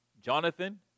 Jonathan